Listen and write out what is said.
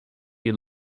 eat